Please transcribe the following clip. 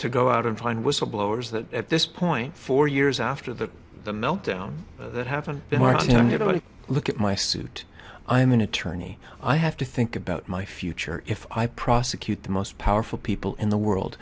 to go out and find whistleblowers that at this point four years after the the meltdown that haven't been marked you know i look at my suit i'm an attorney i have to think about my future if i prosecute the most powerful people in the world